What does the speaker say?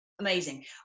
Amazing